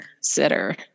sitter